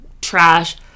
trash